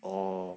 oh